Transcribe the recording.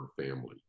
family